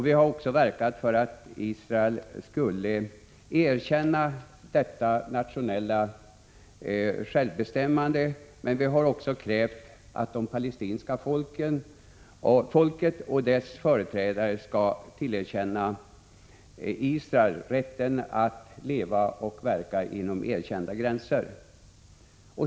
Vi har verkat för att Israel skulle erkänna denna rätt till nationellt självbestämmande, men vi har också krävt att det palestinska folkets företrädare skall tillerkänna Israel rätten att leva och verka inom erkända gränser.